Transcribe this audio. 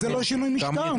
זה לא שינוי משטר.